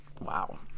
Wow